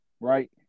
right